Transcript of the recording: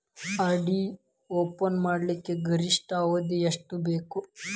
RD open ಮಾಡಲಿಕ್ಕ ಗರಿಷ್ಠ ಅವಧಿ ಎಷ್ಟ ಬೇಕು?